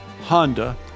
Honda